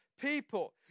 people